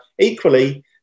equally